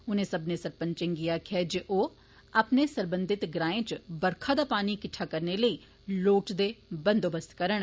उनें सब्मने सरपंचें गी आखेआ जे ओह् अपने सरबंधत ग्राएं च बरखा दा पानी किट्ठा करने लेई लोड़चदे बंदोबस्त करन